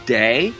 day